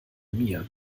mir